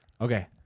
Okay